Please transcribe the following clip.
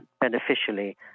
beneficially